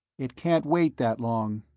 it can't wait that long.